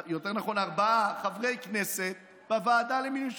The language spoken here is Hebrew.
או יותר נכון ארבעה חברי כנסת לוועדה למינוי שופטים,